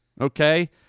okay